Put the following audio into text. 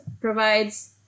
provides